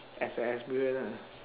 as a experience lah